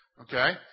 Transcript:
Okay